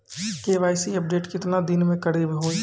KYC update केतना दिन मे करेबे यो?